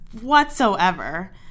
whatsoever